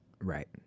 right